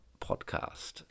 podcast